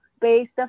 based